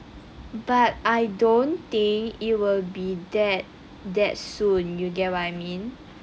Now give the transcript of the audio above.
but I don't think it will be that that soon you get what I mean